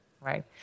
Right